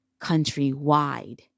countrywide